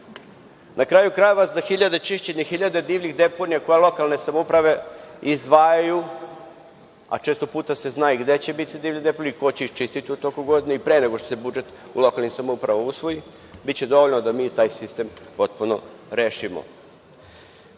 kraju krajeva, za hiljade čišćenje, hiljade divljih deponija lokalne samouprave izdvajaju, a često puta se zna i gde će biti divlje deponije i ko će ih čistiti u toku godine i pre nego što se budžet u lokalnim samoupravama usvoji, biće dovoljno da mi taj sistem potpuno rešimo.